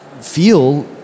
feel